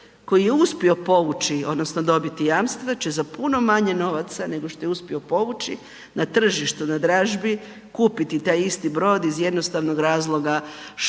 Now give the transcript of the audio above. koji je uspio povući odnosno dobiti jamstva će za puno manje novaca nego što je uspio povući na tržištu na dražbi kupiti taj isti brod iz jednostavnog razloga što